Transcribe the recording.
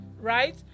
right